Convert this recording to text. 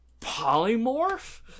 Polymorph